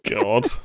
god